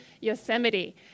Yosemite